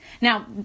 Now